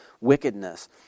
wickedness